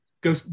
Go